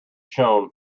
shone